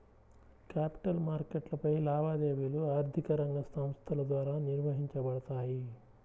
capital మార్కెట్లపై లావాదేవీలు ఆర్థిక రంగ సంస్థల ద్వారా నిర్వహించబడతాయి